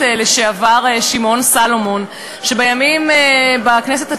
לשעבר שמעון סולומון בכנסת התשע-עשרה,